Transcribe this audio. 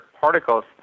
particles